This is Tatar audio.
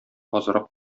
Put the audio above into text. азрак